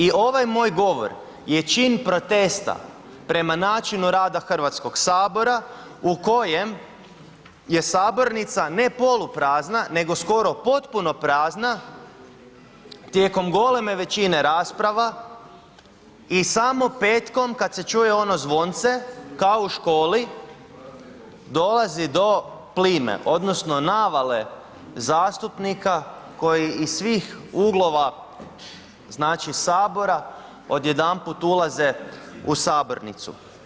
I ovaj moj govor je čin protesta prema načinu rada Hrvatskog sabora u kojem je sabornica ne poluprazna nego skoro potpuno prazna tijekom goleme većine rasprava i samo petkom kad se čuje ono zvonce kao u školi, dolazi do plime odnosno navale zastupnika koji iz svih uglova Sabora odjedanput ulaze u sabornicu.